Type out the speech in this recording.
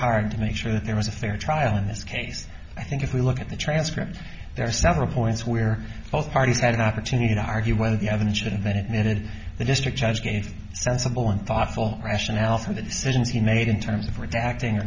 hard to make sure that there was a fair trial in this case i think if we look at the transcript there are several points where both parties had an opportunity to argue whether the evidence did and then admitted the district judge gave sensible and thoughtful rationale for the decisions he made in terms of redacting or